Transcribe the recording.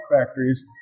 factories